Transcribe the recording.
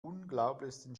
unglaublichsten